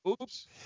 oops